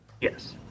Yes